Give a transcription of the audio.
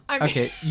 Okay